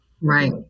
Right